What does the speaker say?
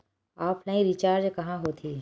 Offline recharge कहां होथे?